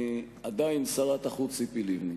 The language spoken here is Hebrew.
עדיין שרת החוץ, ציפי לבני.